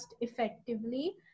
effectively